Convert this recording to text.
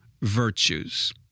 virtues